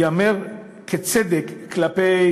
ייאמר כצדק כלפי